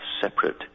separate